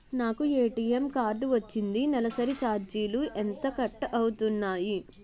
నాకు ATM card వచ్చింది నెలసరి ఛార్జీలు ఎంత కట్ అవ్తున్నాయి?